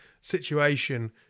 situation